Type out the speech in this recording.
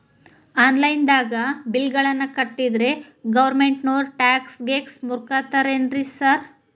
Online ದಾಗ bill ಗಳನ್ನಾ ಕಟ್ಟದ್ರೆ ಗೋರ್ಮೆಂಟಿನೋರ್ ಟ್ಯಾಕ್ಸ್ ಗೇಸ್ ಮುರೇತಾರೆನ್ರಿ ಸಾರ್?